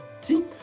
See